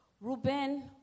Reuben